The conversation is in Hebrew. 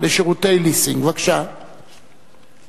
פגיעתם